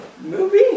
Movie